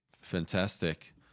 Fantastic